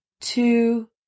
two